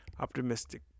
optimistic